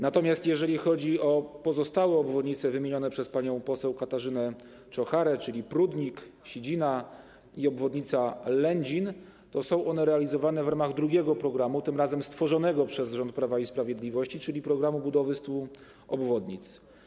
Natomiast jeżeli chodzi o pozostałe obwodnice wymienione przez panią poseł Katarzynę Czocharę, czyli Prudnik, Sidzina i obwodnica Lędzin, to są one realizowane w ramach drugiego programu, tym razem stworzonego przez rząd Prawa i Sprawiedliwości, czyli „Programu budowy 100 obwodnic”